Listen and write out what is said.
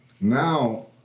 Now